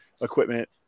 equipment